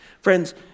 Friends